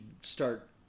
start